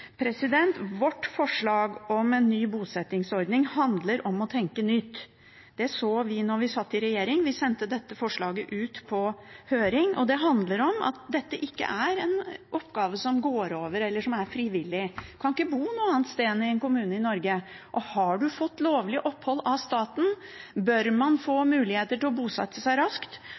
Vårt forslag om en ny bosettingsordning handler om å tenke nytt. Det så vi da vi satt i regjering; vi sendte dette forslaget ut på høring. Og det handler om at dette ikke er en oppgave som går over, eller som er frivillig. En kan ikke bo noe annet sted enn i en kommune i Norge, og har man fått lovlig opphold av staten, bør man